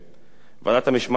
ועדת המשמעת תהיה רשאית,